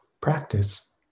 practice